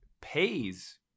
Pays